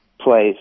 place